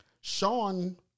Sean